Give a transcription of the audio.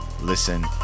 listen